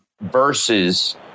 versus